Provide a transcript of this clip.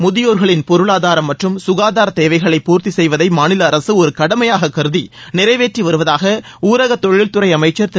முதியோர்களின் பொருளாதாரம் மற்றும் சுகாதாரத் தேவைகளை பூர்த்தி செய்வதை மாநில அரசு ஒரு கடமையாக கருதி நிறைவேற்றி வருவதாக ஊரக தொழில்துறை அமைச்சர் திரு